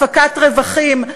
הפקת רווחים.